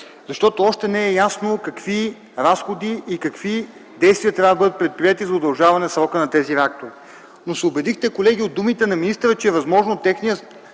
защото още не е ясно какви разходи и какви действия трябва да бъдат предприети за удължаване срока на тези реактори. Но се убедихте, колеги, от думите на министъра, че е възможно техният